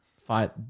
fight